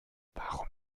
warum